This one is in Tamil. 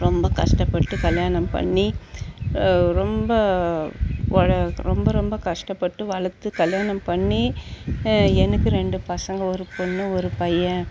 ரொம்ப கஷ்டப்பட்டு கல்யாணம் பண்ணி ரொம்ப ரொம்ப ரொம்ப கஷ்டப்பட்டு வளர்த்து கல்யாணம் பண்ணி எனக்கு ரெண்டு பசங்கள் ஒரு பொண்ணு ஒரு பையன்